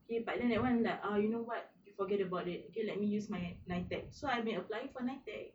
okay but then that [one] ah you know what you forget about it you let me use my NITEC so I been applying for NITEC